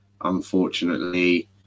Unfortunately